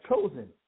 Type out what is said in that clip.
chosen